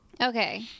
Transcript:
Okay